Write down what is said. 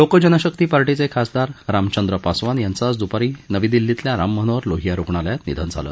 लोक जनशक्ति पार्शिवे खासदार रामचंद्र पासवान यांचं आज दुपारी नवी दिल्लीतल्या राम मनोहर लोहिया रुग्णालयात निधन झालं